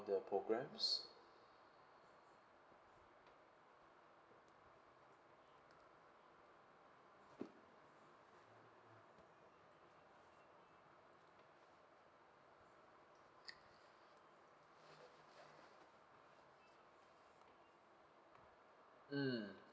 the programs mm